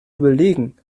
überlegen